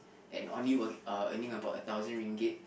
and only wo~ uh earning about a thousand ringgit